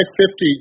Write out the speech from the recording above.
550